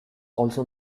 also